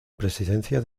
presidencia